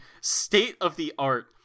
state-of-the-art